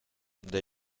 the